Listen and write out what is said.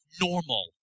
normal